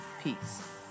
Peace